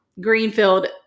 Greenfield